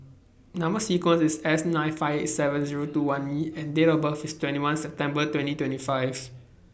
Number sequence IS S nine five seven Zero two one E and Date of birth IS twenty one September twenty twenty five